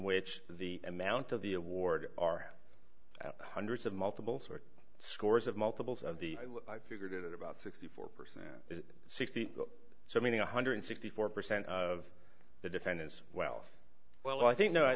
which the amount of the award are hundreds of multiples scores of multiples of the i figured it about sixty four percent sixty so meaning one hundred and sixty four percent of the defendants wealth well i think